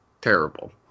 terrible